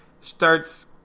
starts